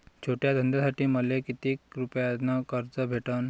छोट्या धंद्यासाठी मले कितीक रुपयानं कर्ज भेटन?